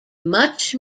much